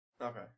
Okay